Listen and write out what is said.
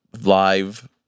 live